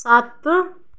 सत्त